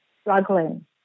struggling